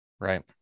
Right